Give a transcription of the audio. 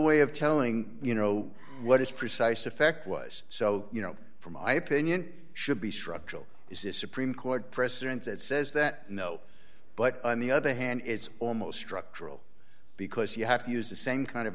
way of telling you know what is precise effect was so you know from my opinion it should be structural is this supreme court precedent that says that no but on the other hand it's almost structural because you have to use the same kind of